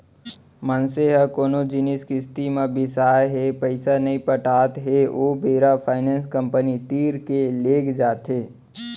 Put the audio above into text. मनसे ह कोनो जिनिस किस्ती म बिसाय हे पइसा नइ पटात हे ओ बेरा फायनेंस कंपनी तीर के लेग जाथे